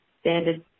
standard